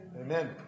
Amen